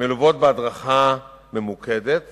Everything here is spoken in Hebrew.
מלוות בהדרכה ממוקדת